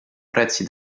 prezzi